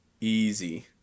easy